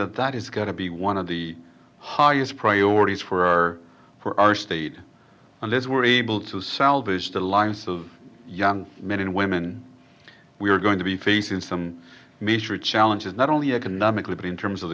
that that is going to be one of the highest priorities for our for our state and as we're able to salvage the lives of young men and women we're going to be facing some major challenges not only economically but in terms of